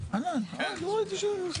כי איך נראה לי,